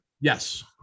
yes